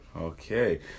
Okay